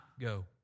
go